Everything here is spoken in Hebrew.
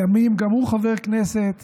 לימים גם הוא חבר כנסת,